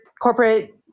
corporate